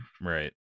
right